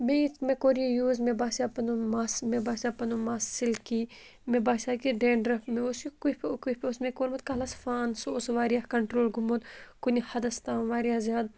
بیٚیہِ یِتھ مےٚ کوٚر یہِ یوٗز مےٚ باسیو پَنُن مَس مےٚ باسیو پَنُن مَس سِلکی مےٚ باسیو کہِ ڈینڈرَف مےٚ اوس یہِ کُفہِ کُفہِ اوس مےٚ کوٚرمُت کَلَس فان سُہ اوس واریاہ کَنٹرٛول گوٚمُت کُنہِ حَدَس تام واریاہ زیادٕ